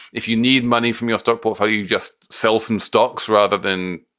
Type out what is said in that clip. if you need money from your stock portfolio, you just sell some stocks rather than